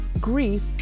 grief